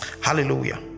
hallelujah